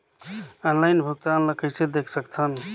Online भुगतान ल कइसे देख सकथन?